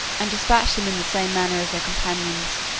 and despatched them in the same manner as their companions,